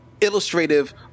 illustrative